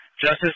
Justice